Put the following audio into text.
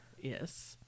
yes